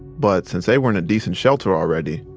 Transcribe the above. but since they were in a decent shelter already,